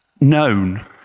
known